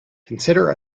consider